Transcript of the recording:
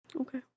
Okay